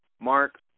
Mark